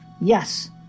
Yes